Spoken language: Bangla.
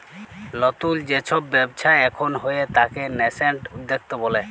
লতুল যে সব ব্যবচ্ছা এখুন হয়ে তাকে ন্যাসেন্ট উদ্যক্তা ব্যলে